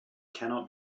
cannot